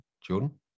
Jordan